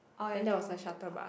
oh ya Jurong bird park